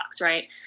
right